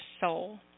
Soul